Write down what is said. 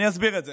אני אסביר את זה.